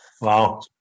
Wow